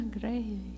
great